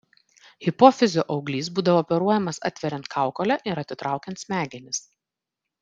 hipofizio auglys būdavo operuojamas atveriant kaukolę ir atitraukiant smegenis